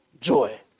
joy